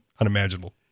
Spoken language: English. unimaginable